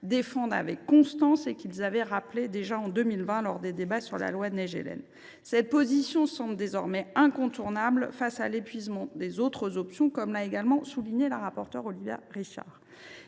défendent avec constance et qu’ils ont rappelée en 2020, lors des débats sur la proposition de loi Naegelen. Cette position semble désormais incontournable face à l’épuisement des autres options, comme l’a également souligné la rapporteure Olivia Richard.